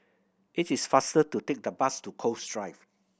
it is faster to take the bus to Cove Drive